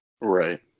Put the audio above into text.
Right